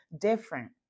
different